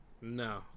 no